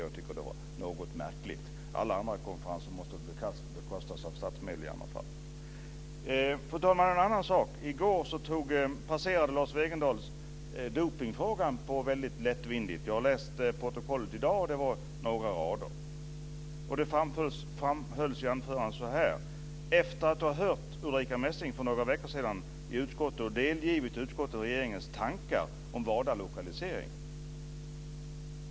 Jag tycker att det är något märkligt. Alla andra konferenser måste väl bekostas av statsmedel. Fru talman! I går passerade Lars Wegendal dopningsfrågan väldigt lättvindigt. Jag läste protokollet i dag. Där fanns några rader. I anförandet sades: Ulrica Messing besökte för några veckor sedan utskottet och delgav utskottet regeringens tankar om WADA och dess lokalisering.